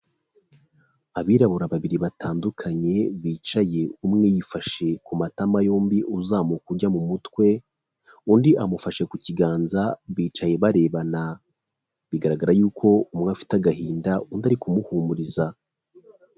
Abirabura babiri batandukanye bicaye, umwe yifashe ku matama yombi uzamuka ujya mu mutwe undi amufashe ku kiganza bicaye barebana, bigaragara yuko umwe afite agahinda undi ari kumuhumuriza.